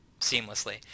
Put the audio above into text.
seamlessly